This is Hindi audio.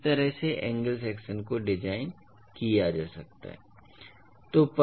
तो इस तरह से एंगल सेक्शन को डिजाइन किया जा सकता है